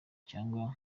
cyangwa